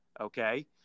Okay